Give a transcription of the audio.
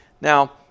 Now